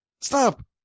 Stop